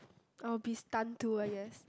I will be stunned to I guess